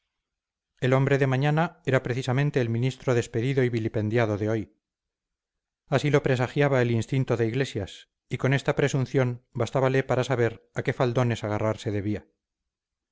el hombre de mañana era precisamente el ministro despedido y vilipendiado de hoy así lo presagiaba el instinto de iglesias y con esta presunción bastábale para saber a qué faldones agarrarse debía me voy